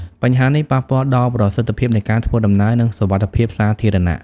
បញ្ហានេះប៉ះពាល់ដល់ប្រសិទ្ធភាពនៃការធ្វើដំណើរ និងសុវត្ថិភាពសាធារណៈ។